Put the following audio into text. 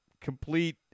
complete